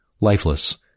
lifeless